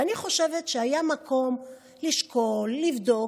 ואני חושבת שהיה מקום לשקול, לבדוק.